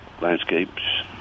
landscapes